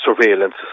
surveillance